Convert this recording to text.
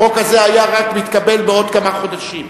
החוק הזה היה רק מתקבל בעוד כמה חודשים.